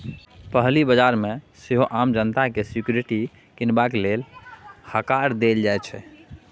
पहिल बजार मे सेहो आम जनता केँ सिक्युरिटी कीनबाक लेल हकार देल जाइ छै